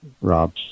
Rob